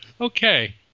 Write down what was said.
Okay